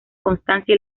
constancia